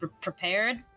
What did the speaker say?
prepared